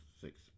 six